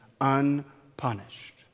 unpunished